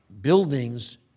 buildings